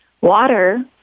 Water